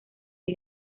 que